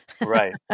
right